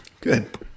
Good